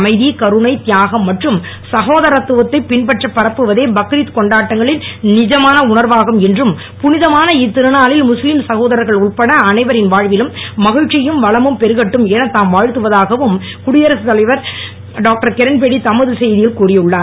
அமைதி கருணை தியாகம் மற்றும் சகோதரத்துவத்தை பின்பற்றிப் பரப்புவதே பக்ரீத் கொண்டாட்டங்களின் நிஜமான உணர்வாகும் என்றும் புனிதமான இத்திருநாளில் முஸ்லீம் சகோதரர்கள் உட்பட அனைவரின் வாழ்விலும் மகிழ்ச்சியும் வளமும் பெருகட்டும் என தாம் வாழ்த்துவதாகவும் குடியரசு தலைவர் டாக்டர் கிரண்பேடி தமது செய்தியில் கூறி உள்ளார்